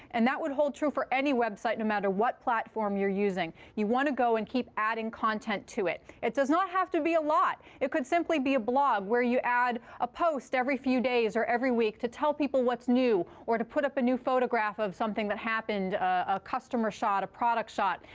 and that would hold true for any website, no matter what platform you're using. you want to go and keep adding content to it. it does not have to be a lot. it could simply be a blog where you add a post every few days or every week to tell people what's new or to put up a new photograph of something that happened, a customer shot, a product shot.